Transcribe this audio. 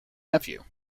nephew